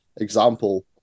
example